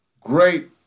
great